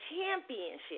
championship